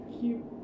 Cute